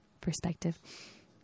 perspective